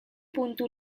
puntu